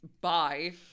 bye-